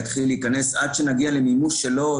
עד שנגיע למימוש שלו,